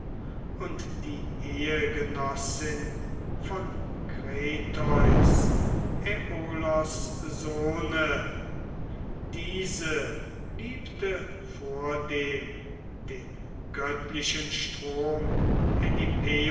und die ehegenossin von kretheus aiolos sohne diese liebte vordem den göttlichen strom